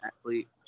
athlete